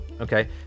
Okay